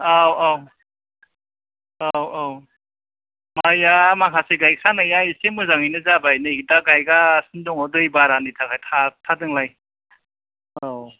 औ औ औ औ माइया माखासे गाइखानाया मोजां जाबाय नै दा गायनायासो दै बारानि थाखाय थाबथादों लाय औ